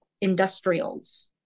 industrials